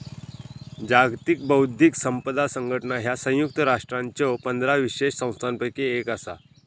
जागतिक बौद्धिक संपदा संघटना ह्या संयुक्त राष्ट्रांच्यो पंधरा विशेष संस्थांपैकी एक असा